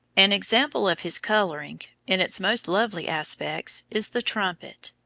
an example of his coloring, in its most lovely aspects, is the trumpet.